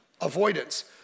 Avoidance